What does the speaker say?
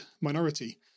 minority